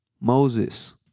Moses